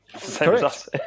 Correct